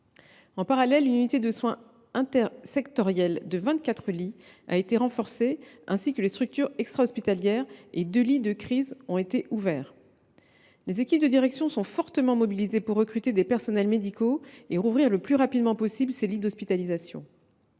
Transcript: En parallèle, une unité de soins intersectorielle de vingt quatre lits a été renforcée, de même que les structures extrahospitalières. Enfin, deux lits de crise ont été ouverts. Les équipes de direction sont fortement mobilisées pour recruter des personnels médicaux et rouvrir le plus rapidement possible ces lits d’hospitalisation.